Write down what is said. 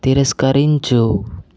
తిరస్కరించు